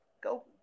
Go